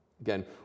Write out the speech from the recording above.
Again